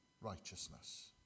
righteousness